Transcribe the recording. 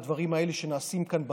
לדברים האלה שנעשים כאן בכנסת,